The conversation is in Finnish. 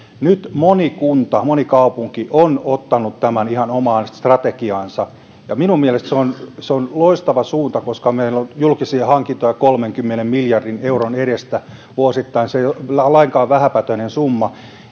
nyt moni kunta moni kaupunki on ottanut tämän ihan omaan strategiaansa ja minun mielestäni se on loistava suunta koska meillä on julkisia hankintoja kolmenkymmenen miljardin euron edestä vuosittain se ei ole lainkaan vähäpätöinen summa